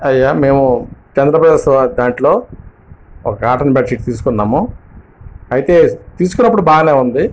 అయ్యా మేము చందనా బ్రదర్స్ వారి దాంట్లో ఒక కాటన్ బెడ్షీట్ తీసుకున్నాము అయితే తీసుకున్నప్పుడు బాగా ఉంది